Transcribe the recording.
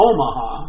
Omaha